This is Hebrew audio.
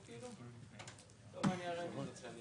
אני מחדש את